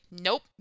nope